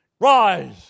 rise